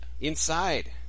Inside